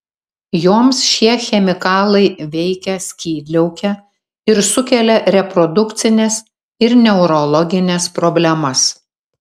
joms šie chemikalai veikia skydliaukę ir sukelia reprodukcines ir neurologines problemas